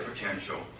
potential